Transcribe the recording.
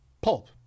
Pulp